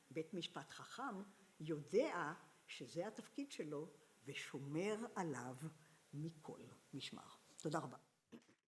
בית משפט חכם יודע שזה התפקיד שלו, ושומר עליו מכל משמר. תודה רבה.